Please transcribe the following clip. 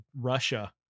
Russia